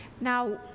now